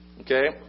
Okay